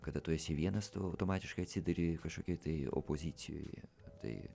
kada tu esi vienas tu automatiškai atsiduri kažkokioj tai opozicijoje tai